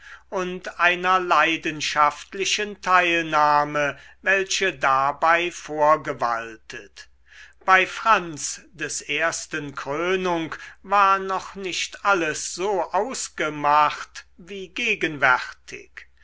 und einer leidenschaftlichen teilnahme welche dabei vorgewaltet bei franz des ersten krönung war noch nicht alles so ausgemacht wie gegenwärtig